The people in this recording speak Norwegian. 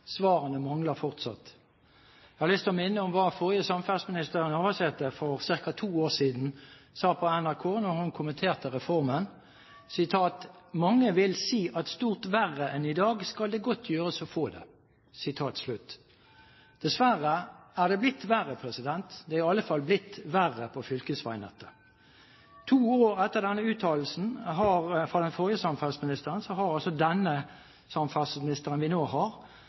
Svarene mangler fortsatt. Jeg har lyst til å minne om hva forrige samferdselsminister, Navarsete, sa for ca. to år siden på NRK da hun kommenterte reformen: Mange vil si at stort verre enn i dag skal det godt gjøres å få det. Dessverre er det blitt verre. Det er i alle fall blitt verre på fylkesveinettet. To år etter denne uttalelsen fra den forrige samferdselsministeren har den samferdselsministeren vi nå har,